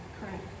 Correct